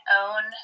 own